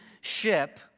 ship